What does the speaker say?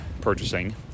purchasing